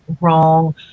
Wrong